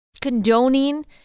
condoning